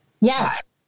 Yes